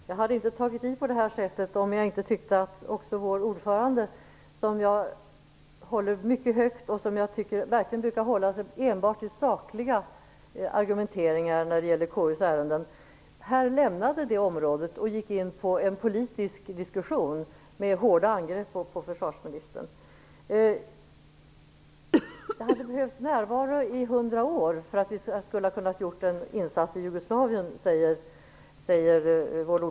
Fru talman! Jag hade inte tagit i på det här sättet om jag inte tyckte att även vår ordförande, som jag håller mycket högt och som jag tycker verkligen brukar hålla sig enbart till sakliga argumenteringar när det gäller KU:s ärenden, här lämnade det området och gick in på en politisk diskussion med hårda angrepp på försvarsministern. Birgit Friggebo säger att det hade behövts en närvaro i 100 år för att vi skulle ha kunnat göra en insats i Jugoslavien.